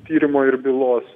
tyrimo ir bylos